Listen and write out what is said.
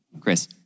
Chris